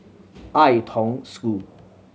Ai Tong School